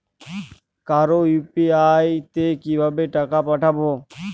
কারো ইউ.পি.আই তে কিভাবে টাকা পাঠাবো?